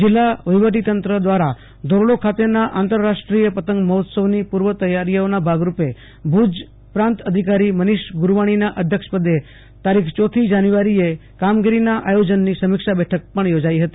જિલ્લા વહીવટીતંત્ર દ્વારા ધોરડી ખાતેનાં આંતરરાષ્ટ્રીય મહોત્સવની પૂર્વ તૈયારીઓના ભાગરૂપે ભુજ પ્રાંત મનીષ ગુરવાણીના અધ્યક્ષપદે ચોથી જાન્યુઆરીએ કામગીરીનાં આયોજનની સમીક્ષા બેઠક પણ યોજાઇ હતી